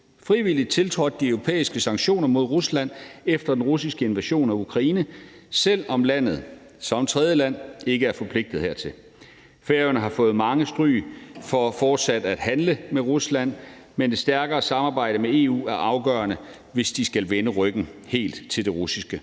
frivilligt tiltrådt de europæiske sanktioner mod Rusland efter den russiske invasion af Ukraine, selv om landet som tredjeland ikke er forpligtet hertil. Færøerne har fået mange stryg for fortsat at handle med Rusland, men et stærkere samarbejde med EU er afgørende, hvis de skal vende ryggen helt til det russiske